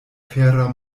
fera